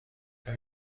آیا